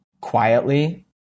quietly